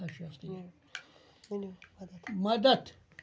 مدتھ